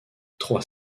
trois